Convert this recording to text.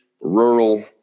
rural